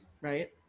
Right